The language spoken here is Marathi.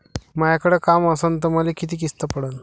मायाकडे काम असन तर मले किती किस्त पडन?